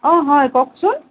অ হয় কওকচোন